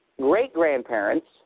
great-grandparents